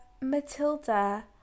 Matilda